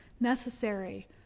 necessary